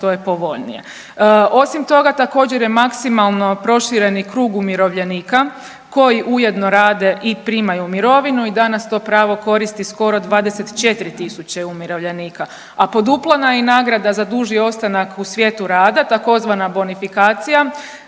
što je povoljnije. Osim toga također je maksimalno proširen i krug umirovljenika koji ujedno rade i primaju mirovinu i danas to prvo koristi skoro 24.000 umirovljenika, a poduplana je i nagrada za duži ostanak u svijetu rada tzv. bonifikacija